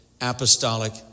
apostolic